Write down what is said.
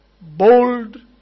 bold